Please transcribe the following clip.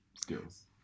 skills